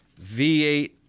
V8